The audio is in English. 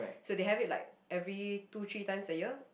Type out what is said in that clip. so they have it like every two three times a year